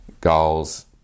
goals